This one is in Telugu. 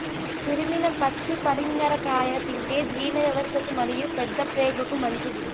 తురిమిన పచ్చి పరింగర కాయ తింటే జీర్ణవ్యవస్థకు మరియు పెద్దప్రేగుకు మంచిది